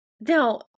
Now